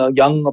young